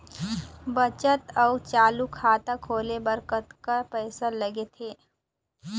बचत अऊ चालू खाता खोले बर कतका पैसा लगथे?